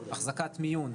אחזקת מיון,